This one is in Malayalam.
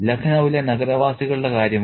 ലഖ്നൌവിലെ നഗരവാസികളുടെ കാര്യമോ